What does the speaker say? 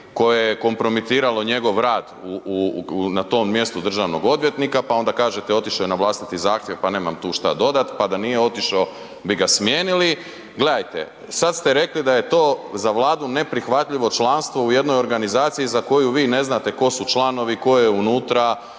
koja je kompromitiralo njegov rad na tom mjestu državnog odvjetnika, pa onda kažete, otišao je na vlastiti zahtjev pa nemam tu što dodat, pa da nije otišao bi ga smijenili. Gledajte, sad ste rekli da je to za Vladu neprihvatljivo članstvo u jednoj organizaciji za koju vi ne znate tko su članovi, tko je unutra,